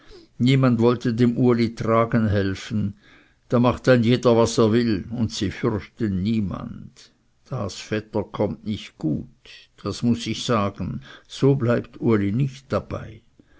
niemand wollte dem uli tragen helfen da macht ein jeder was er will und sie fürchten niemand das vetter kommt nicht gut das muß ich sagen so bleibt uli nicht dabei